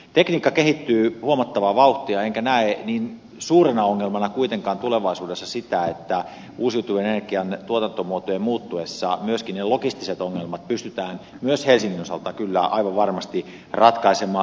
tekniikka kehittyy huomattavaa vauhtia enkä näe niin suurena ongelmana kuitenkaan tulevaisuudessa sitä että uusiutuvan energian tuotantomuotojen muuttuessa myöskin ne logistiset ongelmat pystytään myös helsingin osalta kyllä aivan varmasti ratkaisemaan